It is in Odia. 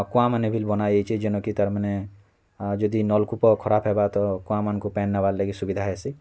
କୂଆଁମାନେ ବି ବନା ଯାଇଛେ ଯେନ କି ତା'ର୍ ମାନେ ଯଦି ନଲକୂପ ଖରାପ ହେବା ତ କୂଆଁମାନଙ୍କୁ ପାନ୍ ନେବାର୍ ଲାଗି ସୁବିଧା ହେସି